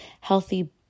healthy